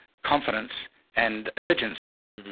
confidence and urgency.